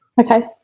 Okay